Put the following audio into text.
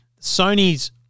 Sony's